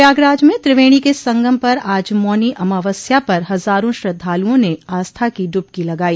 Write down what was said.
प्रयागराज में त्रिवेणी के सगम पर आज मौनी अमावस्या पर हजारों श्रद्धालुओं ने आस्था की डुबकी लगाई